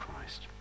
Christ